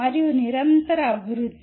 మరియు నిరంతర అభివృద్ధి